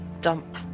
dump